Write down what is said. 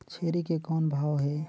छेरी के कौन भाव हे?